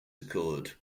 occurred